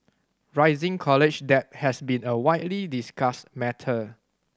rising college debt has been a widely discussed matter